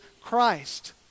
Christ